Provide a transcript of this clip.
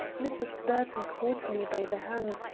mrs. burton caught me by the hand,